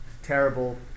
terrible